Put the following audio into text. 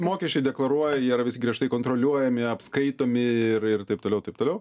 mokesčiai deklaruoja jie yra vis griežtai kontroliuojami apskaitomi ir ir taip toliau taip toliau